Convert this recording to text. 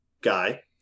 guy